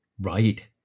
Right